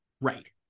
Right